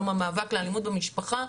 יום המאבק לאלימות במשפחה,